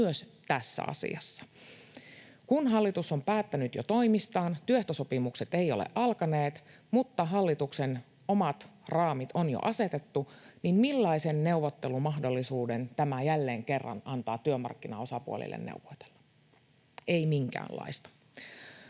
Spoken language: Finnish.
myös tässä asiassa. Kun hallitus on päättänyt jo toimistaan — työehtosopimukset eivät ole alkaneet, mutta hallituksen omat raamit on jo asetettu — niin millaisen neuvottelumahdollisuuden tämä jälleen kerran antaa työmarkkinaosapuolille neuvotella? Ei minkäänlaista.